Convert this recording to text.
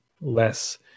less